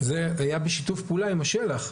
היה בשיתוף פעולה עם השל"ח,